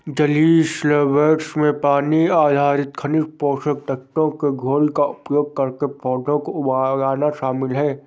जलीय सॉल्वैंट्स में पानी आधारित खनिज पोषक तत्वों के घोल का उपयोग करके पौधों को उगाना शामिल है